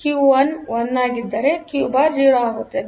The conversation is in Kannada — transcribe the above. ಕ್ಯೂ 1 ಆಗಿದ್ದರೆ ಕ್ಯೂ ಬಾರ್ 0 ಆಗುತ್ತದೆ